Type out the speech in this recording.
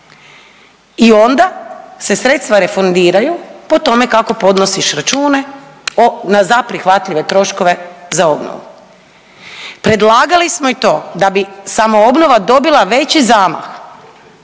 i onda se sredstva refundiraju po tome kako podnosiš račune o, za prihvatljive troškove za obnovu. Predlagali smo i to da bi samoobnova dobila veći zamah